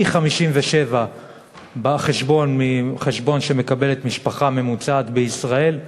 פי-57 מחשבון שמקבלת משפחה ממוצעת במדינת ישראל,